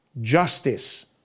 justice